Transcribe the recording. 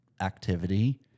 activity